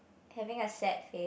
having a sad day